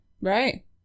Right